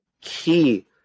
key